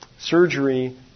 Surgery